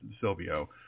Silvio